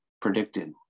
predicted